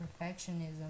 perfectionism